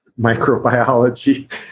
microbiology